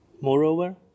Moreover